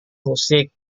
musik